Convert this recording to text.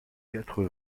quatre